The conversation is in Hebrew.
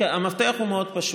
כן, המפתח מאוד פשוט.